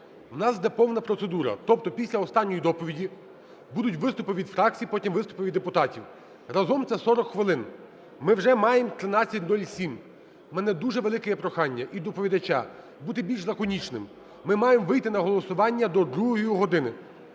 У нас йде повна процедура, тобто після останньої доповіді будуть виступи від фракцій, потім виступи від депутатів. Разом це 40 хвилин. Ми вже маємо 13:07. У мене дуже велике є прохання, і до доповідача, бути більш лаконічними. Ми маємо вийти на голосування до другої години.